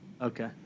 okay